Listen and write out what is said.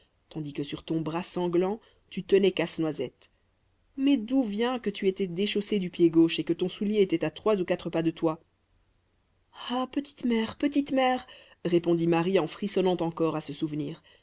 tandis que sur ton bras sanglant tu tenais casse-noisette mais d'où vient que tu étais déchaussée du pied gauche et que ton soulier était à trois ou quatre pas de toi ah petite mère petite mère répondit marie en frissonnant encore à ce souvenir